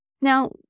Now